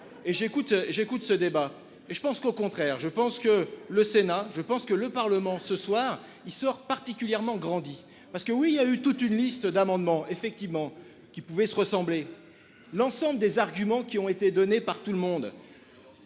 j'écoute ce débat et je pense qu'au contraire, je pense que le Sénat, je pense que le Parlement ce soir il sort particulièrement grandi parce que oui il y a eu toute une liste d'amendements effectivement qui pouvait se ressembler. L'ensemble des arguments qui ont été donnés par tout le monde.